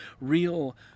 real